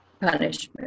punishment